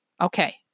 Okay